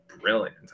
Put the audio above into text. brilliant